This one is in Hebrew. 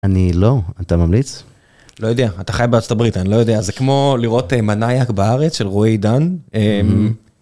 אני לא, אתה ממליץ? לא יודע, אתה חי בארצות הברית, אני לא יודע, זה כמו לראות מנאייכ בארץ של רועי עידן.